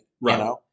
Right